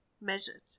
measured